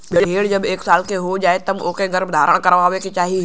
भेड़ जब एक साल के हो जाए तब ओके गर्भधारण करवाए के चाही